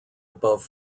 above